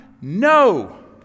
No